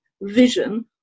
vision